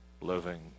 living